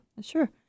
Sure